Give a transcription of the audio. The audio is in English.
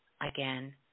again